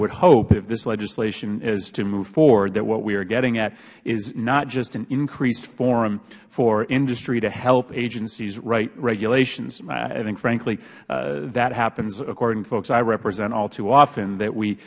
would hope if this legislation is to move forward that what we are getting at is not just an increased forum for industry to help agencies write regulations i think frankly that happens according to folks i represent all too often that we